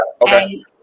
Okay